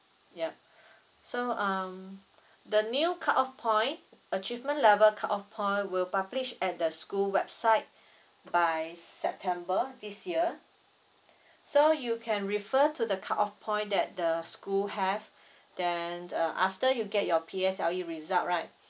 yup so um the new cutoff point achievement level cutoff point will publish at the school website by september this year so you can refer to the cutoff point that the school have then uh after you get your P_S_L_E result right